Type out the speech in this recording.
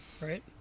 Right